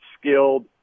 skilled